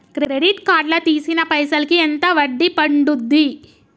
Credit card లా తీసిన పైసల్ కి ఎంత వడ్డీ పండుద్ధి?